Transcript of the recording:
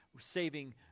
saving